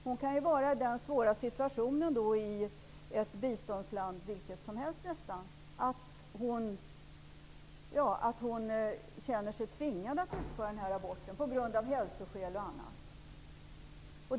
Hon kan vara i en svår situation, i ett biståndsland vilket som helst, och känna sig tvingad att utföra aborten på grund av hälsoskäl och annat.